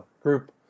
group